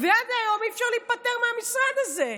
ועד היום אי-אפשר להיפטר מהמשרד הזה.